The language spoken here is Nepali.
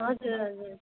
हजुर हजुर